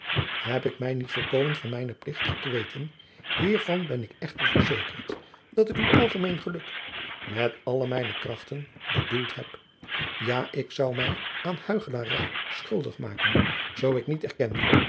heb ik mij niet volkomen van mijnen pligt gekweten hiervan ben ik echter verzekerd dat ik uw algemeen geluk met alle mijne krachten bedoeld heb ja ik zou mij aan huichelarij schuldig maken zoo ik niet erkende